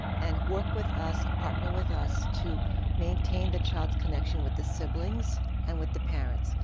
and work with us partner with us to maintain the child's connection with the siblings and with the parents.